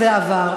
זה עבר.